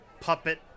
puppet